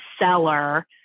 seller